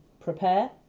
Prepare